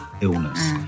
illness